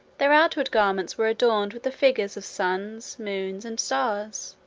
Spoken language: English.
their outward garments were adorned with the figures of suns, moons, and stars